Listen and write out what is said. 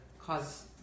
cause